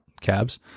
Cabs